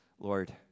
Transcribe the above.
Lord